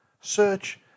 Search